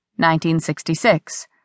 1966